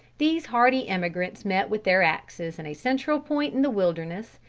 these hardy emigrants met with their axes in a central point in the wilderness,